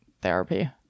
therapy